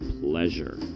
pleasure